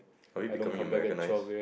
are you becoming Americanize